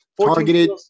Targeted